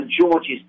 George's